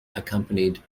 accompanied